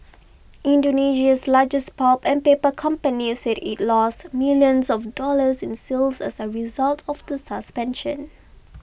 Indonesia's largest pulp and paper company said it lost millions of dollars in sales as a result of the suspension